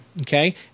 Okay